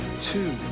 Two